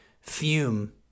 Fume